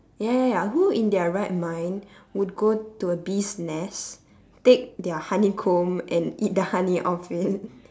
ya ya ya who in their right mind would go to a bee's nest take their honeycomb and eat the honey off it